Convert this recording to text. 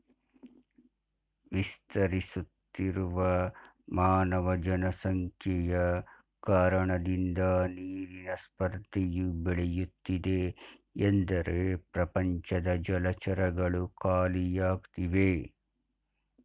ವಿಸ್ತರಿಸುತ್ತಿರುವ ಮಾನವ ಜನಸಂಖ್ಯೆಯ ಕಾರಣದಿಂದ ನೀರಿನ ಸ್ಪರ್ಧೆಯು ಬೆಳೆಯುತ್ತಿದೆ ಎಂದರೆ ಪ್ರಪಂಚದ ಜಲಚರಗಳು ಖಾಲಿಯಾಗ್ತಿವೆ